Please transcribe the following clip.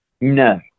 No